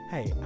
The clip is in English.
Hey